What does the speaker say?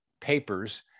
papers